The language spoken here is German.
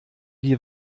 die